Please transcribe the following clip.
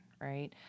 Right